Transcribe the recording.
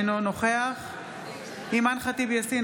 אינו נוכח אימאן ח'טיב יאסין,